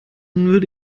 würde